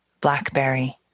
Blackberry